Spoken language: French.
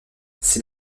c’est